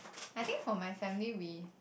I think for my family we